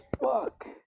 fuck